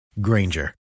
Granger